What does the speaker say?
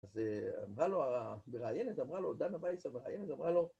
אז אמרה לו, המראיינת אמרה לו, דנה ויס המראיינת אמרה לו